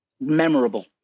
memorable